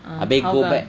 habis go back